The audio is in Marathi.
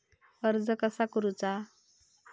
कर्ज कसा करूचा?